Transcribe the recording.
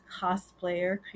cosplayer